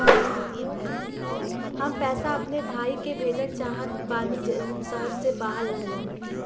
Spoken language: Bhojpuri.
हम पैसा अपने भाई के भेजल चाहत बानी जौन शहर से बाहर रहेलन